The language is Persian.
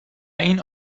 این